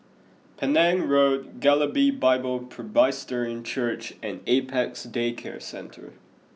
Penang Road Galilee Bible Presbyterian Church and Apex Day Care Centre